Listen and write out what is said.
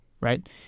Right